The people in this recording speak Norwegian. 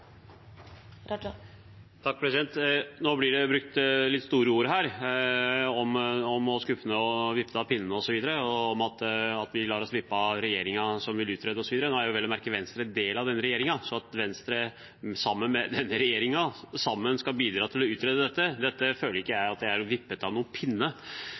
Nå blir det brukt litt store ord her, «skuffende» og «vippet av pinnen» og at vi lar oss vippe av regjeringen som vil utrede, osv. Nå er Venstre vel å merke en del av denne regjeringen, så at Venstre sammen med regjeringen skal bidra til å utrede dette, føler ikke jeg er å bli vippet av